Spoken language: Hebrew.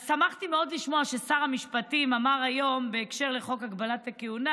אז שמחתי מאוד לשמוע ששר המשפטים אמר היום בקשר לחוק הגבלת הכהונה